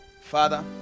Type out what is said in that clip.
father